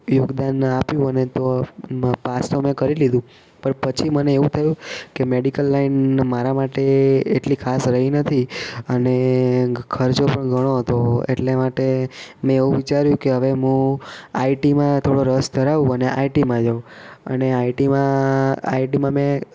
યોગદાન આપ્યું અને તો પાસ તો મેં કરી લીધું પણ પછી મને એવું થયું કે મેડિકલ લાઇન મારા માટે એટલી ખાસ રહી નથી અને ખર્ચો પણ ઘણો હતો એટલા માટે મેં એવું વિચાર્યું કે હવે હું આઇટીમાં થોડો રસ ધરાવું અને આઇટીમાં જાઉં અને આઇટીમાં આઇટીમાં મેં